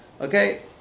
Okay